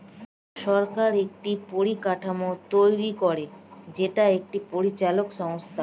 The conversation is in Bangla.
সরকার একটি পরিকাঠামো তৈরী করে যেটা একটি পরিচালক সংস্থা